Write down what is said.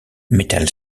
metal